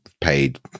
paid